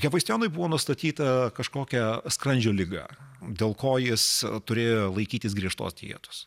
hefaistijonui buvo nustatyta kažkokia skrandžio liga dėl ko jis turėjo laikytis griežtos dietos